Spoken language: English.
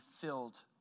filled